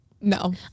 No